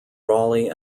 raleigh